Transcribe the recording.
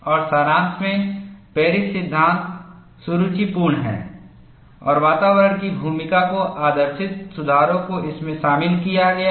और सारांश में पेरिस सिद्धांत सुरुचिपूर्ण है और वातावरण की भूमिका को आदर्शित सुधारों को इसमें शामिल किया गया है